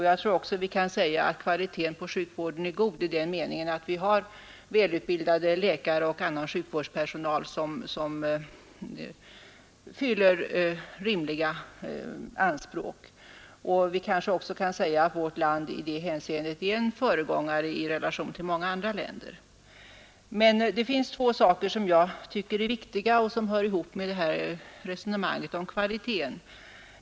Jag tror också att vi kan säga, att kvaliteten på sjukvården är god, i den meningen att vi har välutbildade läkare och annan sjukvårdspersonal som fyller rimliga anspråk. Vi kanske också kan säga att värt land i det hänseendet är en föregångare i relation till många andra länder. Men det finns två saker som jag tycker är viktiga och som hör ihop med resonemanget om kvaliteten.